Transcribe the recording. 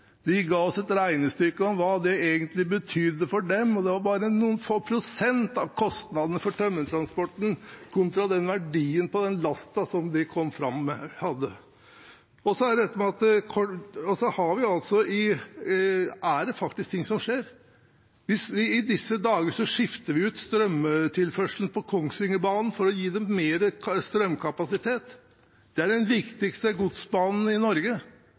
de på Ofotbanen. De har mye malm og er interessert i høye sporavgifter. Så var det tømmertransporten. De ga oss et regnestykke på hva det egentlig betydde for dem, og det var bare noen få prosent av kostnadene for tømmertransporten kontra verdien av den lasten som de kom fram med. Det er faktisk ting som skjer. I disse dager skifter vi ut strømtilførselen på Kongsvingerbanen for å gi dem mer strømkapasitet. Det er den viktigste godsbanen i Norge.